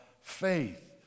faith